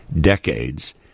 decades